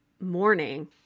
morning